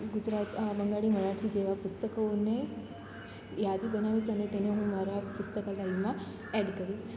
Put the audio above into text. ગુજરાત બંગાળી મરાઠી જેવા પુસ્તકોને યાદી બનાવીશ અને તેને હું મારા પુસ્તકાલયમાં એડ કરીશ